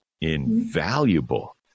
Invaluable